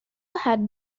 had